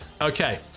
Okay